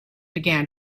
began